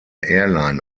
airline